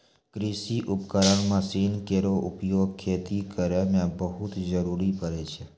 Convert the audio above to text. कृषि उपकरण मसीन केरो उपयोग खेती करै मे बहुत जरूरी परै छै